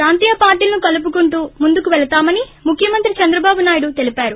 ప్రాంతీయ పార్టీలను కలుపుకుంటూ ముందుకు పెళతామని ముఖ్యమంత్రి చంద్రబాబు నాయుడు తెలిపారు